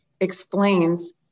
explains